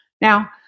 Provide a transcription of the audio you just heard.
Now